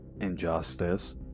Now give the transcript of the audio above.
injustice